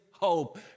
hope